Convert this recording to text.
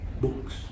Books